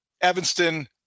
Evanston